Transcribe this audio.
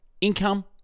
Income